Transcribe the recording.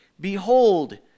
Behold